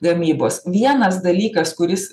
gamybos vienas dalykas kuris